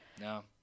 no